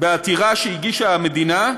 בעתירה שהגישה המדינה,